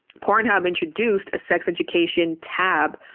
pornhub introduced a sex education tab,